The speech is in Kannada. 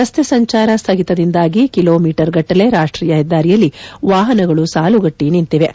ರಸ್ತೆ ಸಂಚಾರ ಸ್ಥಗಿತದಿಂದಾಗಿ ಕಿಲೋ ಮೀಟರ್ಗಟ್ಟಲೆ ರಾಷ್ಟೀಯ ಹೆದ್ದಾರಿಯಲ್ಲಿ ವಾಹನಗಳು ಸಾಲುಗಟ್ಟಿ ನಿಂತಿವೆ